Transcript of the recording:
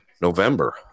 november